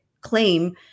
claim